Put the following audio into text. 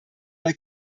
bei